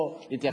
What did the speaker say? או להתייחס,